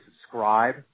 subscribe